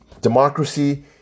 Democracy